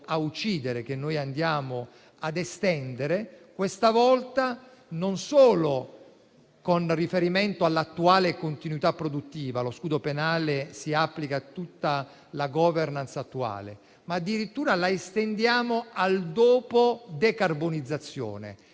a uccidere che noi andiamo ad estendere), questa volta non solo con riferimento all'attuale continuità produttiva (lo scudo penale si applica a tutta la *governance* attuale), ma addirittura estendendolo al dopo decarbonizzazione.